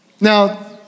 Now